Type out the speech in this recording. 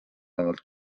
olnud